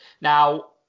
Now